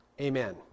amen